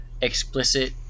Explicit